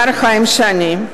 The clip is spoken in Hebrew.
מר חיים שני.